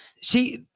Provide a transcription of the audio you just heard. See